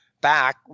back